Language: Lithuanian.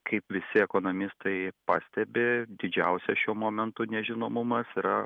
kaip visi ekonomistai pastebi didžiausias šiuo momentu nežinomumas yra